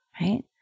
right